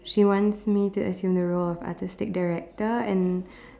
she wants me to assume the role of artistic director and